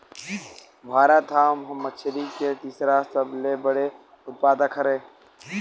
भारत हा मछरी के तीसरा सबले बड़े उत्पादक हरे